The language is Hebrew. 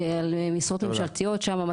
על משרות ממשלתיות שם,